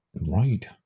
Right